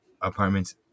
apartments